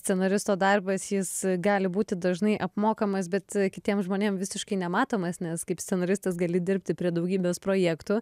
scenaristo darbas jis gali būti dažnai apmokamas bet kitiems žmonėm visiškai nematomas nes kaip scenaristas gali dirbti prie daugybės projektų